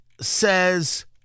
says